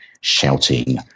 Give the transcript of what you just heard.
shouting